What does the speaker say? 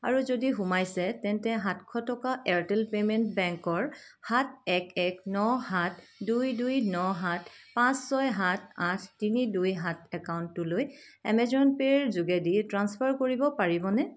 আৰু যদি সোমাইছে তেন্তে সাতশ টকা এয়াৰটেল পে'মেণ্ট বেংকৰ সাত এক এক ন সাত দুই দুই ন সাত পাঁচ ছয় সাত আঠ তিনি দুই সাত একাউণ্টটোলৈ এমেজন পে'ৰ যোগেদি ট্ৰাঞ্চফাৰ কৰিব পাৰিবনে